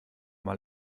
mal